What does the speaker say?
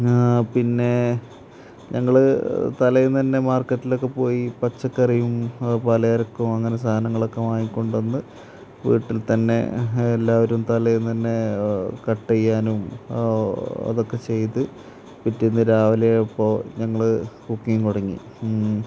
പിന്നെ ഞങ്ങള് തലേന്ന് തന്നെ മാർക്കറ്റിലൊക്കെ പോയി പച്ചക്കറിയും പലചരക്കും അങ്ങനെ സാധനങ്ങളൊക്കെ വാങ്ങി കൊണ്ടുവന്ന് വീട്ടിൽ തന്നെ എല്ലാവരും തലേന്ന് തന്നെ കട്ട് ചെയ്യാനും അതൊക്കെ ചെയ്ത് പിറ്റേന്ന് രാവിലെയായപ്പോള് ഞങ്ങള് കുക്കിങ് തുടങ്ങി